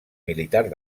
militar